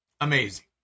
Amazing